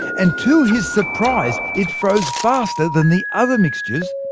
and to his surprise, it froze faster than the other mixtures,